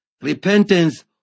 repentance